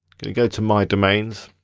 gonna go to my domains.